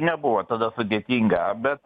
nebuvo tada sudėtinga bet